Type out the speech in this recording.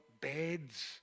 beds